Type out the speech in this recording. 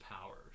powers